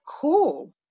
cool